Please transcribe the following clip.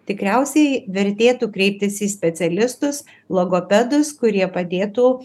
tikriausiai vertėtų kreiptis į specialistus logopedus kurie padėtų